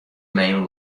main